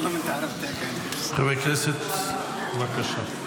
חבר הכנסת, בבקשה.